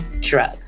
drug